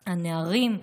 הנערים,